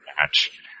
Match